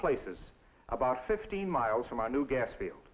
places about fifteen miles from a new gas field